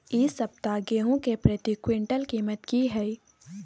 इ सप्ताह गेहूं के प्रति क्विंटल कीमत की हय?